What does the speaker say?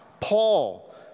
Paul